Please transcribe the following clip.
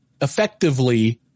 effectively –